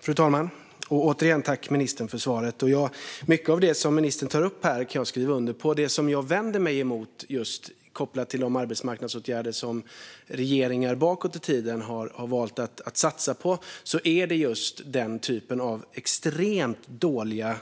Fru talman! Återigen: Tack, ministern, för svaret! Mycket av det som ministern tar upp här kan jag skriva under på. Det som jag vänder mig emot kopplat till de arbetsmarknadsåtgärder som regeringar bakåt i tiden har valt att satsa på är just den typ av extremt dåliga